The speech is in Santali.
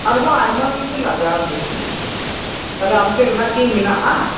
ᱟᱨᱦᱚᱸ ᱟᱭᱢᱟ ᱠᱤᱪᱷᱩ ᱜᱮ ᱞᱟᱜᱟᱣ ᱟ ᱧᱟ ᱛᱟᱦᱞᱮ ᱟᱢ ᱴᱷᱮᱡ ᱚᱱᱟ ᱠᱤ ᱢᱮᱱᱟᱜ ᱟ